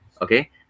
okay